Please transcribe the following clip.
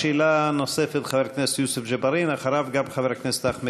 שאלה נוספת לחבר הכנסת יוסף ג'בארין.